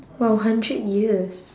!wow! hundred years